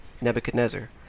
Nebuchadnezzar